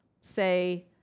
say